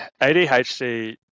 adhd